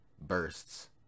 bursts